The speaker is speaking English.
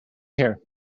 here